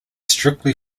strictly